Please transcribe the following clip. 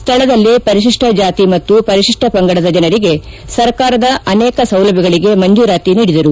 ಸ್ವಳದಲ್ಲೇ ಪರಿಶಿಷ್ಟ ಜಾತಿ ಮತ್ತು ಪರಿಶಿಷ್ಟ ಪಂಗಡದ ಜನರಿಗೆ ಸರ್ಕಾರದ ಅನೇಕ ಸೌಲಭ್ಯಗಳಿಗೆ ಮಂಜೂರಾತಿ ನೀಡಿದರು